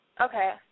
Okay